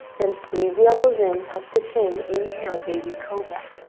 then squeeze the elbows in, tuck the chin, inhale, baby cobra.